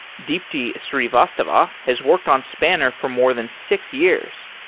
deepti srivastava has worked on spanner for more than six years.